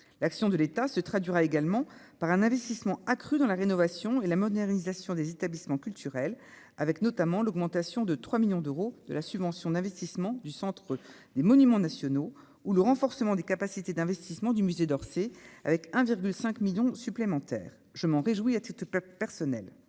l'action de l'État se traduira également par un investissement accru dans la rénovation et la modernisation des établissements culturels avec notamment l'augmentation de trois millions d'euros de la subvention d'investissement du Centre des monuments nationaux ou le renforcement des capacités d'investissement du musée d'Orsay avec 1 virgule 5 millions supplémentaires, je m'en réjouis, ah tu te personnel